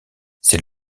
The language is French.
c’est